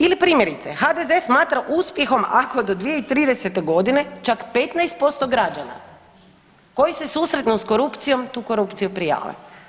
Ili primjerice, HDZ smatra uspjehom ako do 2030.g. čak 15% građana koji se susretnu s korupcijom tu korupciju prave.